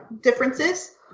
differences